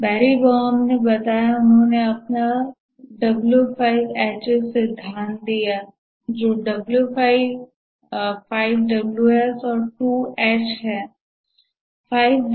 बैरी Boehm उन्होंने अपना W5HH सिद्धांत दिया जो 5 Ws और 2 H है